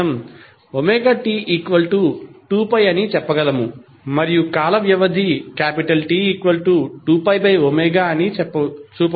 మనము ωT2 అని చెప్పగలము మరియు కాల వ్యవధి T2ω అని చూపవచ్చు